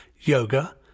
yoga